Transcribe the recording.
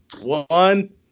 One